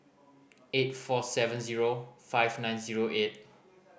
eight four seven zero five nine zero eight